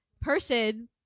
person